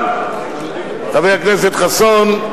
אבל, חבר הכנסת חסון,